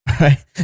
right